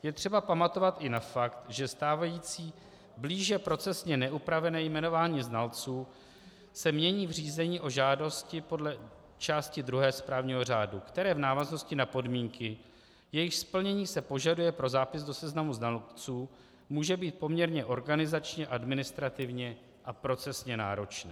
Je třeba pamatovat i na fakt, že stávající blíže procesně neupravené jmenování znalců se mění v řízení o žádosti podle části druhé správního řádu, které v návaznosti na podmínky, jejichž splnění se požaduje pro zápis do seznamu znalců, může být poměrně organizačně, administrativně a procesně náročné.